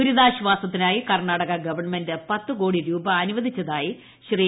ദുരിതാശ്വാസത്തിനായി Karnataka government പത്ത് കോടി രൂപ അനുവദിച്ചതായി ശ്രീ